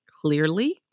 clearly